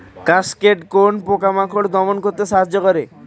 Cascade কোন পোকা মাকড় দমন করতে সাহায্য করে?